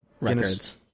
Records